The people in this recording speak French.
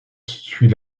suit